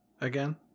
again